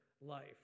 life